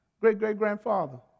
great-great-grandfather